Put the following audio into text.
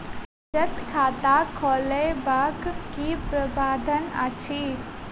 बचत खाता खोलेबाक की प्रावधान अछि?